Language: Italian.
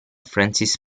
francis